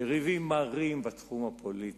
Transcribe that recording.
יריבים מרים בתחום הפוליטי,